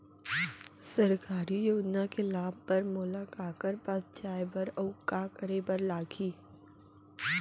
सरकारी योजना के लाभ बर मोला काखर पास जाए बर अऊ का का करे बर लागही?